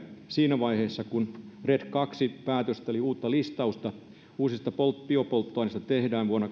siinä vaiheessa kun red kaksi päätöstä eli uutta listausta uusista biopolttoaineista tehdään vuonna